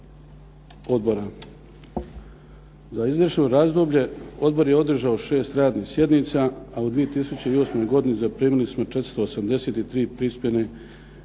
Odbora. Za izvršno razdoblje Odbor je održao 6 radnih sjednica a u 2008. godini zaprimili smo 483 pismene